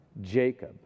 Jacob